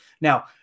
Now